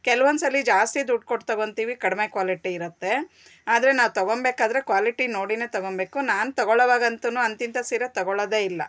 ಕೆಲವೊಂದ್ಸಲ ಜಾಸ್ತಿ ದುಡ್ಡು ಕೊಟ್ಟು ತೊಗೊಳ್ತೀವಿ ಕಡಿಮೆ ಕ್ವಾಲಿಟಿ ಇರುತ್ತೆ ಆದರೆ ನಾವು ತೊಗೊಳ್ಬೇಕಾದ್ರೆ ಕ್ವಾಲಿಟಿ ನೋಡಿಯೇ ತೊಗೊಳ್ಬೇಕು ನಾನು ತೊಗೊಳ್ಳುವಾಗಂತೂ ಅಂಥಿಂಥ ಸೀರೆ ತೊಗೊಳ್ಳೋದೇ ಇಲ್ಲ